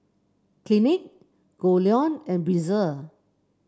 Clinique Goldlion and Breezer